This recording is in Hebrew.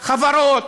חברות,